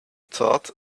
thought